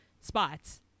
spots